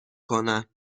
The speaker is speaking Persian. کنن